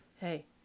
Hey